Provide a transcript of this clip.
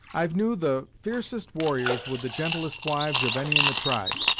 i've knew the f'ercest warriors with the gentlest wives of any in the tribe,